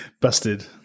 Busted